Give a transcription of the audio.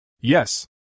Yes